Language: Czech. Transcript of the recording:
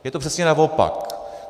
Je to přesně naopak.